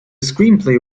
screenplay